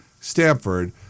Stanford